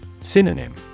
Synonym